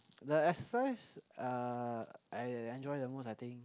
the exercise uh I enjoy the most I think